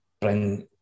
bring